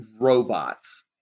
robots